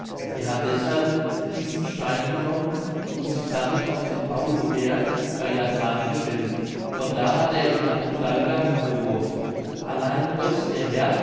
er hat deshalb diesen stein genommen und sich damit auf den baujoberg bei lassahn gestellt von da hat er ihn nach pudalga hingeworfen allein gott der herr